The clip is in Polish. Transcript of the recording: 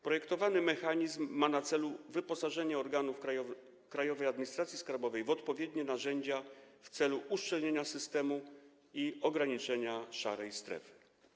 Projektowany mechanizm ma na celu wyposażenie organów Krajowej Administracji Skarbowej w odpowiednie narzędzia w celu uszczelnienia systemu i ograniczenia szarej strefy.